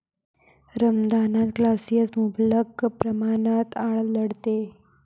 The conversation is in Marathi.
रमदानात कॅल्शियम मुबलक प्रमाणात आढळते